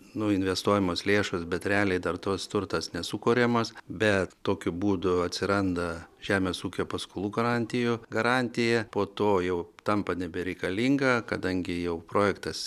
nu investuojamos lėšos bet realiai dar tos turtas nesukuriamas bet tokiu būdu atsiranda žemės ūkio paskolų garantijų garantija po to jau tampa nebereikalinga kadangi jau projektas